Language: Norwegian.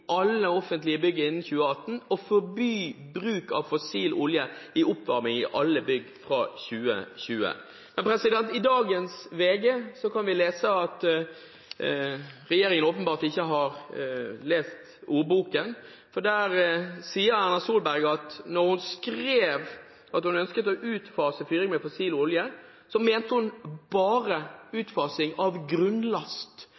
fossil olje i oppvarming i alle bygg fra 2020.» I dagens VG kan vi lese at regjeringen åpenbart ikke har lest ordboken, for der sier Erna Solberg at da hun skrev at hun ønsket å utfase fyring med fossil olje, mente hun bare